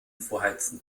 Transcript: vorheizen